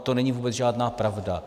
To není vůbec žádná pravda.